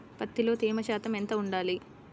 పత్తిలో తేమ శాతం ఎంత ఉండాలి?